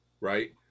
right